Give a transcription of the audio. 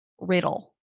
riddle